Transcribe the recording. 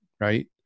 right